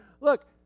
look